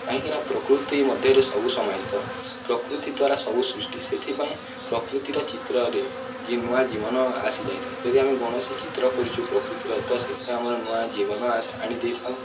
କାହିଁକିନା ପ୍ରକୃତି ମଧ୍ୟରେ ସବୁ ସମହିତ ପ୍ରକୃତି ଦ୍ୱାରା ସବୁ ସୃଷ୍ଟି ସେଥିପାଇଁ ପ୍ରକୃତିର ଚିତ୍ରରେ ନୂଆ ଜୀବନ ଆସିଯାଇଥାଏ ଯଦି ଆମେ କୌଣସି ଚିତ୍ର କରୁଛୁ ପ୍ରକୃତିର ତ ସେଥିରେ ଆମର ନୂଆ ଜୀବନ ଆଣି ଦେଇଥାଉ